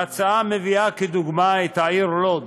ההצעה מביאה כדוגמה את העיר לוד,